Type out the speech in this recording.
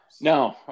No